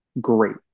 great